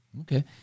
Okay